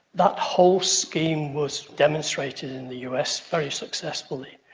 that whole scheme was demonstrated in the us very successfully.